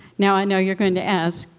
now i know you are going to ask,